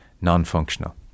non-functional